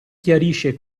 chiarisce